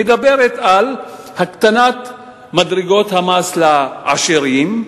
מדברת על הקטנת מדרגות המס לעשירים,